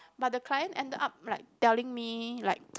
but the client ended up like telling me like